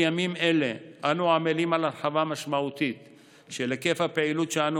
בימים אלה אנו עמלים על הרחבה משמעותית של היקף הפעילות שאנו